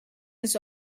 this